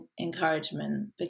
encouragement